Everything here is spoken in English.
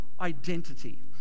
identity